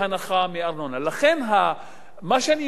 לכן מה שאני מציע הוא לא flat,